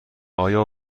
آیا